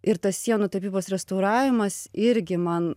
ir tas sienų tapybos restauravimas irgi man